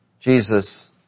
Jesus